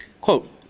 Quote